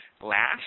last